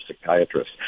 psychiatrists